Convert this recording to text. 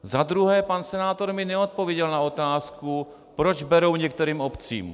Za druhé, pan senátor mi neodpověděl na otázku, proč berou některým obcím.